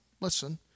listen